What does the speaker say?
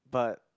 but